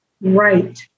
right